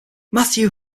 matthew